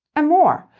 and more.